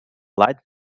light